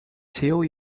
till